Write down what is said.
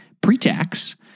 pre-tax